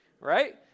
right